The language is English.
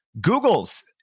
Google's